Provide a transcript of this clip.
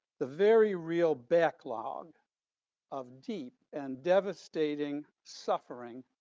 the very real backlog of deep and devastating suffering,